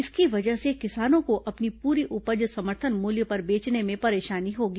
इसकी वजह से किसानों को अपनी पूरी उपज समर्थन मूल्य पर बेचने में परेशानी होगी